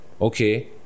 okay